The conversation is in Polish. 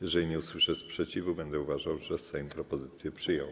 Jeżeli nie usłyszę sprzeciwu, będę uważał, że Sejm propozycję przyjął.